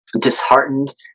disheartened